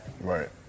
Right